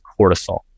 cortisol